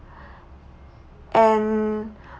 and